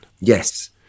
Yes